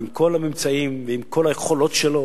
עם כל הממצאים ועם כל היכולות שלו,